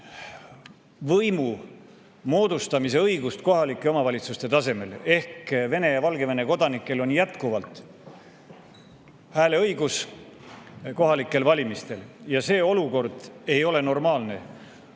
võimu moodustamise õigust kohaliku omavalitsuse tasandil. Vene ja Valgevene kodanikel on jätkuvalt hääleõigus kohalikel valimistel. See olukord ei ole normaalne.